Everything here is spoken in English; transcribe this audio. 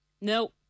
No